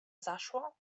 zaszło